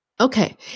Okay